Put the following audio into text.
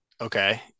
Okay